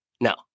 No